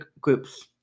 groups